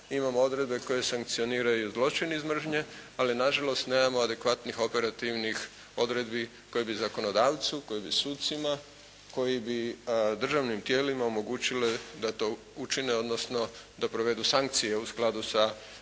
imamo odredbe koje sankcioniraju zločin iz mržnje, ali na žalost nemamo adekvatnih operativnih odredbi koje bi zakonodavcu, koje bi sucima, koji bi državnim tijelima omogućile da to učine, odnosno da provedu sankcije u skladu sa